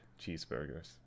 cheeseburgers